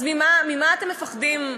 אז ממה אתם מפחדים,